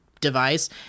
device